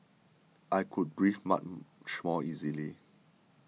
I could breathe much more easily